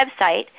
website